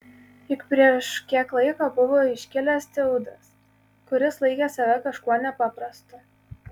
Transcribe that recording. juk prieš kiek laiko buvo iškilęs teudas kuris laikė save kažkuo nepaprastu